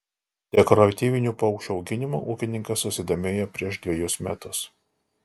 dekoratyvinių paukščių auginimu ūkininkas susidomėjo prieš dvejus metus